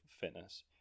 fitness